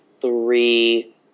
three